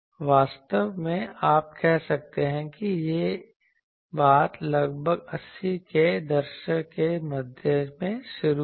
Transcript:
वास्तव में आप कह सकते हैं कि यह बात लगभग 80 के दशक के मध्य में शुरू हुई